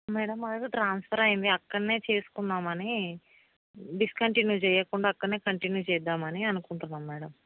madam మాకు transfer అయింది అక్కడనే చేసుకుందామని డిస్కంటిన్యూ చెయ్యకుండా అక్కడనే కంటిన్యూ చేద్దామని అనుకుంటున్నాం మ్యాడం